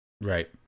Right